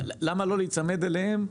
למה לא להיצמד אליהם?